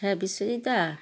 হ্যাঁ বিশ্বজিৎ দা